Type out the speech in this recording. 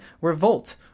revolt